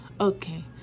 Okay